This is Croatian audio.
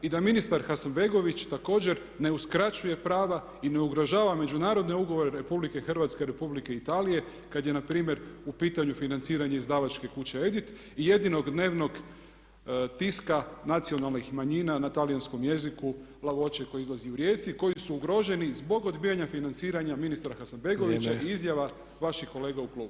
I da ministar Hasanbegović također ne uskraćuje prava i ne ugrožava međunarodne ugovore RH i Republike Italije kada je npr. financiranje izdavačke kuće EDIT i jedinog dnevnog tiska nacionalnih manjina na talijanskom jeziku La voce koji izlazi u Rijeci i koji su ugroženi zbog odbijanja financiranja ministra Hasanbegovića i izjava vaših kolega u klubu.